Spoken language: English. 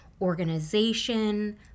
organization